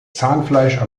zahnfleisch